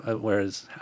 Whereas